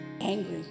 angry